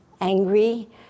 angry